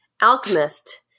Alchemist